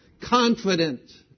Confident